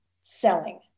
selling